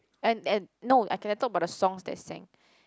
and and no I can like talk about the songs they sang